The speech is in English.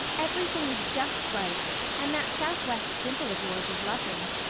everything is just right, and that southwest dimple of yours is lovely.